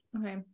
Okay